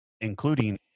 including